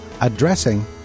addressing